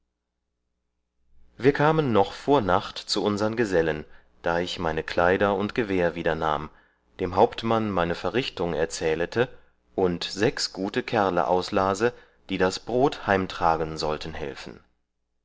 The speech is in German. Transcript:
wir kamen noch vor nacht zu unsern gesellen da ich meine kleider und gewehr wieder nahm dem hauptmann meine verrichtung erzählete und sechs gute kerle auslase die das brod heimtragen sollten helfen